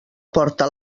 porta